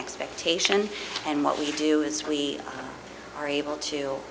expectation and what we do is we are able to